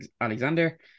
Alexander